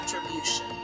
attribution